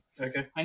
okay